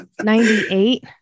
98